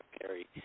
Perry